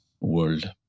world